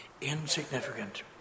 insignificant